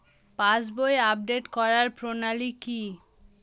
পাসবই update করার প্রণালী কি?